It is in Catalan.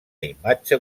imatge